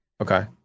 okay